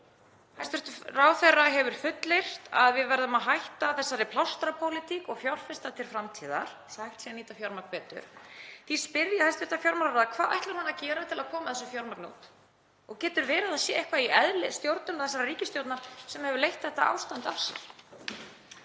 Hæstv. ráðherra hefur fullyrt að við verðum að hætta þessari plástrapólitík og fjárfesta til framtíðar svo hægt sé að nýta fjármagn betur. Því spyr ég hæstv. fjármálaráðherra: Hvað ætlar hann að gera til að koma þessu fjármagni út og getur verið að það sé eitthvað í eðli stjórnunar þessarar ríkisstjórnar sem hefur leitt þetta ástand af sér?